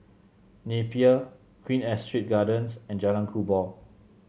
Napier Queen Astrid Gardens and Jalan Kubor